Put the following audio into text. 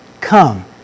Come